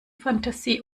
fantasie